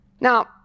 Now